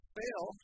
fail